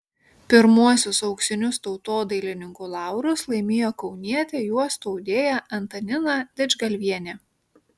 pirmuosius auksinius tautodailininkų laurus laimėjo kaunietė juostų audėja antanina didžgalvienė